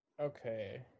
Okay